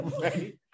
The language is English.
right